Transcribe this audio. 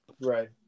Right